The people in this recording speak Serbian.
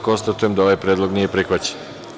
Konstatujem da ovaj predlog nije prihvaćen.